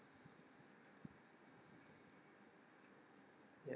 yup